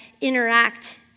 interact